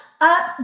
up